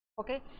Okay